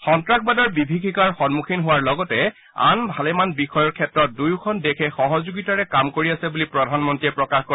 সন্তাসবাদৰ বিভীষিকাৰ সম্মুখীন হোৱাৰ লগতে আন ভালেমান বিষয়ৰ ক্ষেত্ৰত দুয়োখন দেশে সহযোগিতাৰে কাম কৰি আছে বুলি প্ৰধানমন্ত্ৰীয়ে প্ৰকাশ কৰে